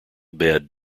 bed